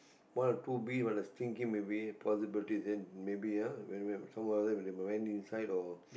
one or two bee when they sting came away possible then maybe ah some of them when they went inside or